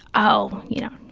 oh, you know,